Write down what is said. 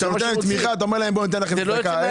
כשאתה נותן להם תמיכה אתה אומר להם ניתן לכם צדקה.